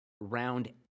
round